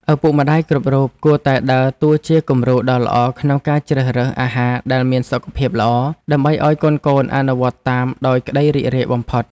ឪពុកម្តាយគ្រប់រូបគួរតែដើរតួជាគំរូដ៏ល្អក្នុងការជ្រើសរើសអាហារដែលមានសុខភាពល្អ ដើម្បីឲ្យកូនៗអនុវត្តតាមដោយក្តីរីករាយបំផុត។